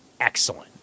excellent